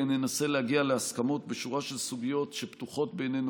ננסה להגיע להסכמות בשורה של סוגיות שפתוחות בינינו,